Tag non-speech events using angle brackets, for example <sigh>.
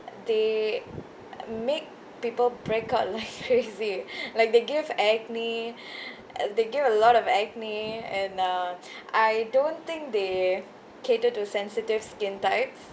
they make people break out like <laughs> crazy <breath> like they give acne <breath> they give a lot of acne and uh <breath> I don't think they cater to sensitive skin types